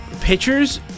Pitchers